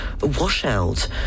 washout